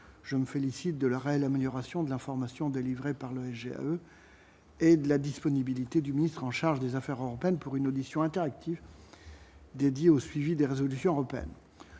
je me félicite de leur est l'amélioration de l'information délivrée par le GE et de la disponibilité du ministre en charge des affaires européennes pour une audition interactif dédié au suivi des résolutions européennes